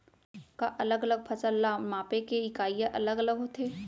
का अलग अलग फसल ला मापे के इकाइयां अलग अलग होथे?